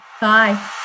Bye